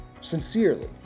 sincerely